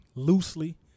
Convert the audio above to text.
loosely